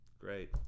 Great